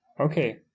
okay